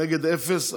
נגד, אפס.